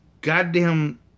goddamn